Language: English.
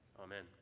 Amen